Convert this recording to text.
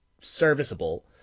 serviceable